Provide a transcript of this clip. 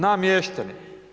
Namješteni.